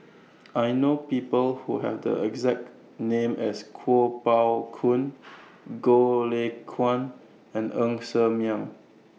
I know People Who Have The exact name as Kuo Pao Kun Goh Lay Kuan and Ng Ser Miang